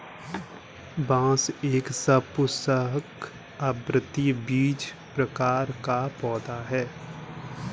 बांस एक सपुष्पक, आवृतबीजी प्रकार का पौधा है